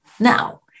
Now